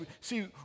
See